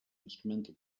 instrumental